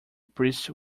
priests